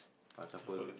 I suffer